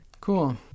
cool